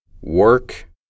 Work